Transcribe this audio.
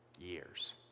years